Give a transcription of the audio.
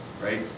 right